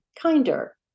kinder